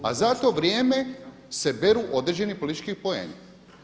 A za to vrijeme se beru određeni politički poeni.